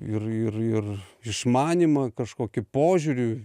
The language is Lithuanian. ir ir ir išmanymą kažkokį požiūriu